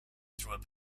through